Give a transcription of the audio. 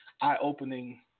eye-opening